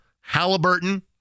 Halliburton